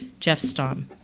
jeff stamm.